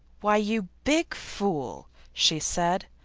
why, you big fool! she said.